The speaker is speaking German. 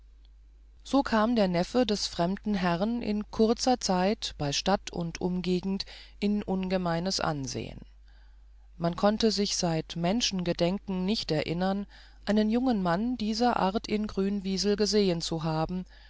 so kam der neffe des fremden herrn in kurzer zeit bei stadt und umgegend in ungemeines ansehen man konnte sich seit menschengedenken nicht erinnern einen jungen mann dieser art in grünwiesel gesehen zu haben